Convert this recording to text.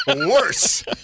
Worse